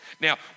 Now